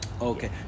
Okay